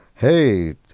Hey